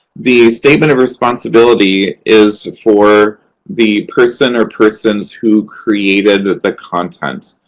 the statement of responsibility is for the person or persons who created the content.